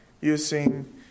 using